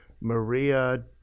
Maria